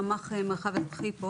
רמ"ח מרחב אזרחי.